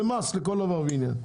זה מס לכל דבר ועניין.